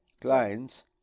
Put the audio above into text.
clients